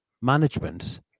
management